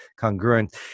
congruent